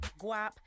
Guap